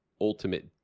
ultimate